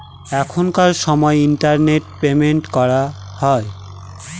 এখনকার সময় internet payment করা হয়